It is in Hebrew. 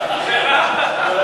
שאלה.